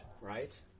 right